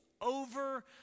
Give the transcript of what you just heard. over